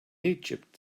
egypt